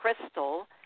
Crystal